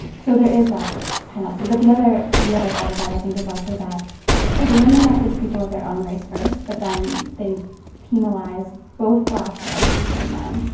so there is that penalty. but the other the other side of that, i think, is also that so the women message people of their own race first, but then they penalize both black and asian men.